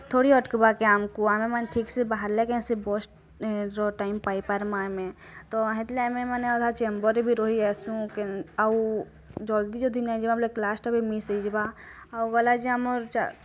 ଥୋଡ଼ି ଅଟ୍ କିବା କି ଆମ୍ କୁ ଆମେ ମାନେ ବି ଠିକ୍ସେ ବାହାରିଲେ କେଁ ସେ ବସ୍ର ଟାଇମ୍ ପାଇଁ ପାର୍ମା ଆମେ ତ ହେତିଲାଗି ଆମେ ମାନେ ଅଧା ଚାମ୍ବର୍ରେ ବି ରହିଆସୁଁ କେଁ ଆଉ ଜଲ୍ଦି ଯଦି କ୍ଲାସ୍ଟା ବି ମିସ୍ ହେଇଯିବା ଆଉ ଆମର୍